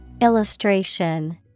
Illustration